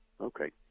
okay